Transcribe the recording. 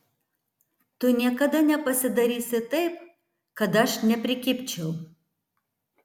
tu niekada nepasidarysi taip kad aš neprikibčiau